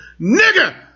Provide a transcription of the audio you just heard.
nigger